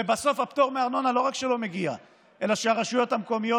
ובסוף הפטור מארנונה לא רק שלא מגיע אלא שהרשויות המקומיות,